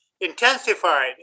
intensified